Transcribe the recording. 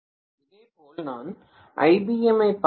இதேபோல் நான் ibm ஐப் பார்த்தால்